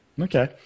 Okay